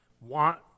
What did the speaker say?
want